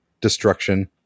destruction